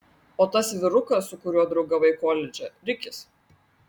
o tas vyrukas su kuriuo draugavai koledže rikis